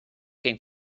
can